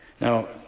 Now